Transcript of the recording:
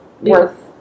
worth